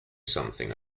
something